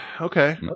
Okay